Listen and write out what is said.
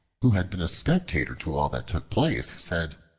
who had been a spectator to all that took place, said,